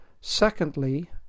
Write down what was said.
Secondly